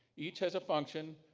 each has a function.